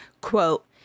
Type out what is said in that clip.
quote